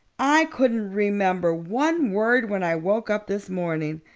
i couldn't remember one word when i woke up this morning.